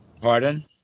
Pardon